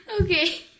Okay